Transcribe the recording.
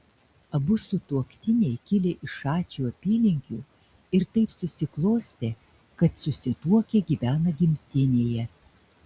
abu sutuoktiniai kilę iš šačių apylinkių ir taip susiklostė kad susituokę gyvena gimtinėje